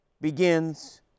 begins